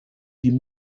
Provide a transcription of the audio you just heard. die